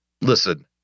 listen